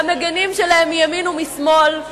למגנים שלהם מימין ומשמאל,